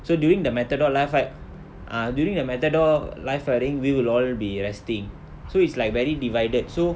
so during the matador live fi~ ah during the matador live firing we'll all be resting so it's like very divided so